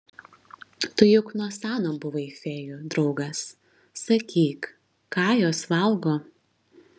tu juk nuo seno buvai fėjų draugas sakyk ką jos valgo